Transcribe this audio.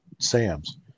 Sam's